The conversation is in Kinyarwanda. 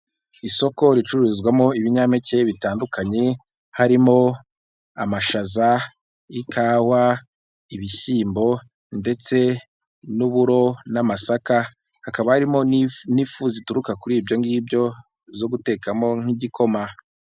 Isoko ricururizwamo ibinyapeke bitandukanye harimo amashaza, ikawa, ibishyimbo ndetse n'uburo n'amasaka. Hakaba harimo n'ifu zituruka kuri ibyo ngibyo zo gutekamo nk'igikoma.